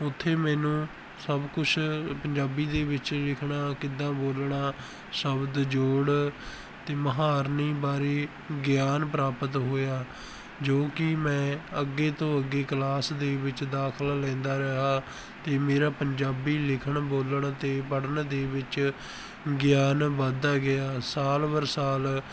ਉੱਥੇ ਮੈਨੂੰ ਸਭ ਕੁਛ ਪੰਜਾਬੀ ਦੇ ਵਿੱਚ ਲਿਖਣਾ ਕਿੱਦਾਂ ਬੋਲਣਾ ਸ਼ਬਦ ਜੋੜ ਅਤੇ ਮੁਹਾਰਨੀ ਬਾਰੇ ਗਿਆਨ ਪ੍ਰਾਪਤ ਹੋਇਆ ਜੋ ਕਿ ਮੈਂ ਅੱਗੇ ਤੋਂ ਅੱਗੇ ਕਲਾਸ ਦੇ ਵਿੱਚ ਦਾਖਲਾ ਲੈਂਦਾ ਰਿਹਾ ਅਤੇ ਮੇਰਾ ਪੰਜਾਬੀ ਲਿਖਣ ਬੋਲਣ ਅਤੇ ਪੜ੍ਹਨ ਦੇ ਵਿੱਚ ਗਿਆਨ ਵੱਧਦਾ ਗਿਆ ਸਾਲ ਬਰ ਸਾਲ